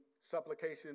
supplication